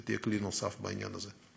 שתהיה כלי נוסף בעניין הזה.